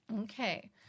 Okay